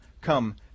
come